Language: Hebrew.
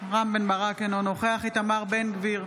רם בן ברק, אינו נוכח איתמר בן גביר,